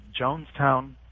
Jonestown